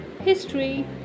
history